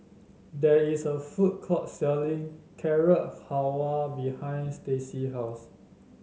there is a food court selling Carrot Halwa behind Stacey's house